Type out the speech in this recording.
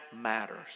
matters